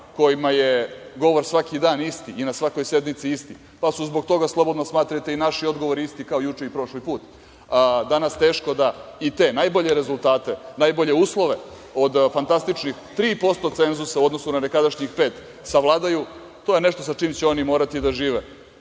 kojima je govor svaki dan isti i na svakoj sednici isti, pa su zbog toga slobodno smatrajte i naši odgovori isti kao juče i prošli put, danas teško da i te najbolje rezultate, najbolje uslove od fantastičnih 3% cenzusa u odnosu na nekadašnjih 5% savladaju, to je nešto sa čime će oni morati da žive,